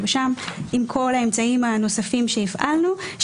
ששם עם כל האמצעים הנוספים שהפעלנו.